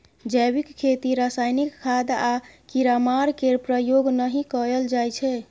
जैबिक खेती रासायनिक खाद आ कीड़ामार केर प्रयोग नहि कएल जाइ छै